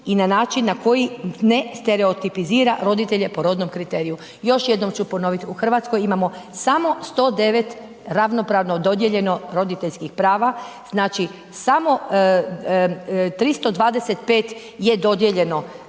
i na način koji ne stereotipizira roditelje po rodnom kriteriju. Još jednom ću ponoviti, u Hrvatskoj imamo samo 109 ravnopravno dodijeljeno roditeljskih prava, znači samo 325 je dodijeljeno, očevi, djeca